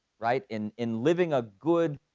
right? in in living a good,